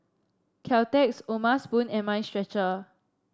Caltex O'ma Spoon and Mind Stretcher